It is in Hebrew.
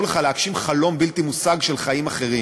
לך להגשים חלום בלתי מושג של חיים אחרים.